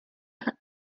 her